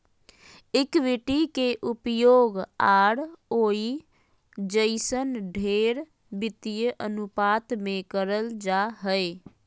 equity के उपयोग ROE जइसन ढेर वित्तीय अनुपात मे करल जा हय